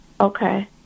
Okay